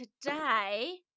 today